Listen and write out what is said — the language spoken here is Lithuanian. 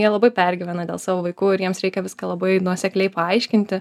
jie labai pergyvena dėl savo vaikų ir jiems reikia viską labai nuosekliai paaiškinti